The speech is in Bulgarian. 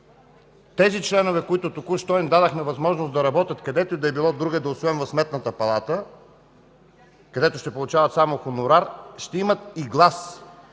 тези членове, на които току-що им дадохме възможност да работят където и да е било другаде, освен в Сметната палата, където ще получават само хонорар, ще имат и глас